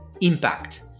impact